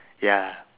ya